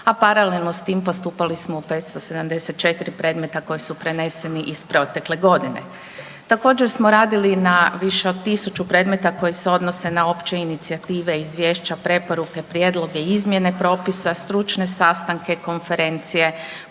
a paralelno s tim postupali smo u 574 predmeta koji su preneseni iz protekle godine. Također smo radili na više od 1000 predmeta koje se odnose na opće inicijative i izvješća, preporuke, prijedloge i izmjene propisa, stručne sastanke, konferencije,